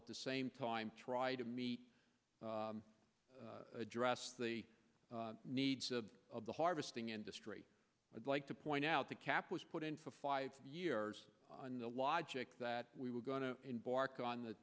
at the same time try to meet address the needs of the harvesting industry i'd like to point out the cap was put in for five years on the logic that we were going to embark on the